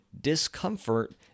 discomfort